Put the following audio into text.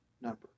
number